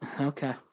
Okay